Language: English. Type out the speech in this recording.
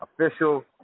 official